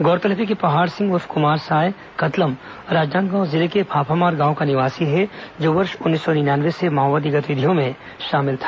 गौरतलब है कि पहाड़ सिंह उर्फ कुमारसाय कतलाम राजनांदगांव जिले के फाफामार गांव का निवासी है जो वर्ष उन्नीस सौ निन्यानवे से माओवादी गतिविधियों में शामिल था